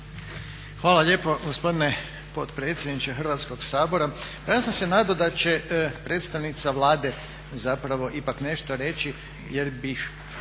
Hvala lijepo gospodine potpredsjedniče Hrvatskog sabora. Pa ja sam se nadao da će predstavnica Vlade zapravo ipak nešto reći jer bih